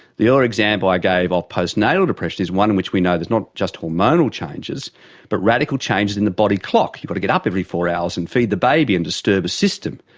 the other example i gave of postnatal depression is one which we know is not just hormonal changes but radical changes in the body clock. but to get up every four hours and feed the baby and disturb a system.